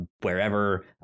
wherever